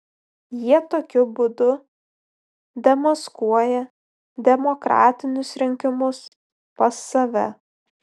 jie tokiu būdu demaskuoja demokratinius rinkimus pas save